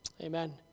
Amen